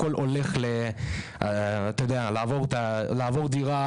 הכול הולך לעבור דירה,